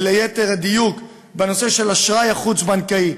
וליתר דיוק לנושא של האשראי החוץ-בנקאי.